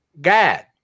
god